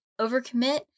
overcommit